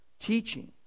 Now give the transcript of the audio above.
teaching